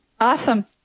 Awesome